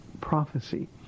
prophecy